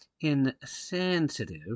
insensitive